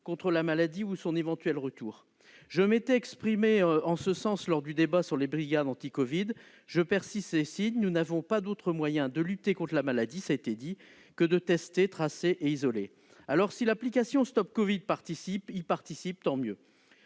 contre la maladie ou son éventuel retour ? Je m'étais exprimé en ce sens lors du débat sur les brigades anti-Covid. Je persiste et signe : nous n'avons pas d'autres moyens de lutter contre la maladie que de tester, tracer et isoler. Si l'application StopCovid y participe, tant mieux